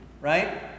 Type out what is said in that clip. right